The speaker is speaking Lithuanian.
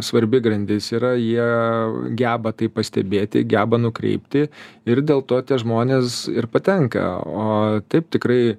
svarbi grandis yra jie geba tai pastebėti geba nukreipti ir dėl to tie žmonės ir patenka o taip tikrai